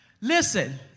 listen